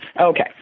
Okay